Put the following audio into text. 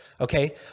Okay